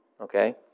Okay